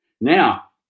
Now